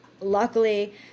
luckily